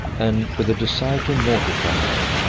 and with a desire to mortify her,